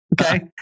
Okay